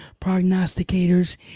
prognosticators